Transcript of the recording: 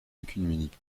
œcuménique